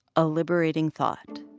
a liberating thought